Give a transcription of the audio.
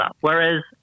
whereas